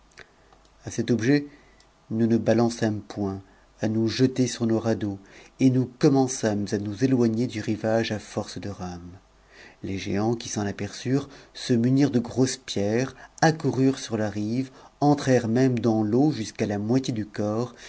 a cet objet nous ne balançâmes point à nous jeter sur nos radeaux et nous commençâmes à nous éloigner du rivage à force de rames les géants qui s'en aperçurent se munirent de grosses pierres accoururent sur la rive entrèrent même dans l'eau jusqu'à la moitié du c